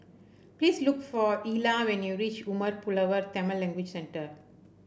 please look for Ilah when you reach Umar Pulavar Tamil Language Centre